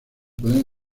puede